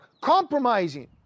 compromising